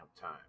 time